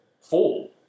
four